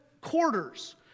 quarters